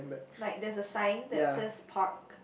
like there's a sign that says park